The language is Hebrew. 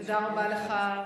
תודה רבה לך,